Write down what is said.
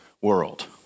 world